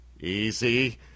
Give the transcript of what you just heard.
easy